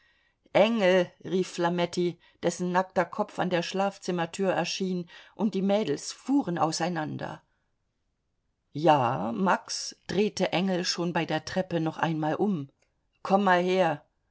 engel rief flametti dessen nackter kopf an der schlafzimmertür erschien und die mädels fuhren auseinander ja max drehte engel schon bei der treppe noch einmal um komm mal her